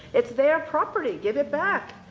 it's their property, give it back!